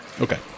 Okay